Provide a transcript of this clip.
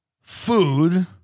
food